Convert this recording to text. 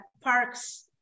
parks